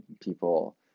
people